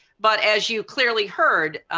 but as you clearly heard,